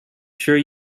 sure